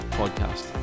podcast